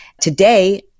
Today